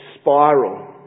spiral